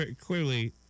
clearly